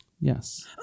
Yes